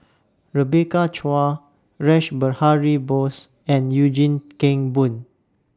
Rebecca Chua Rash Behari Bose and Eugene Kheng Boon